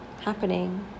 happening